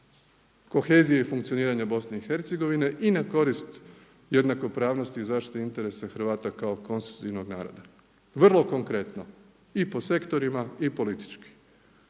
kohezije i funkcioniranja BiH-a i na korist jednakopravnosti i zaštite interesa Hrvata kao konstitutivnog naroda, vrlo konkretno i po sektorima i politički.